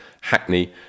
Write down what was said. Hackney